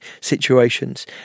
situations